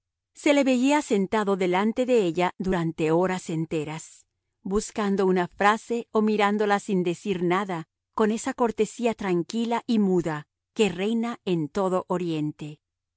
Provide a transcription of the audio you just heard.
se le veía sentado delante de ella durante horas enteras buscando una frase o mirándola sin decir nada con esa cortesía tranquila y muda que reina en todo oriente